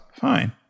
Fine